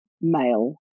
male